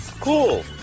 Cool